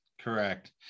correct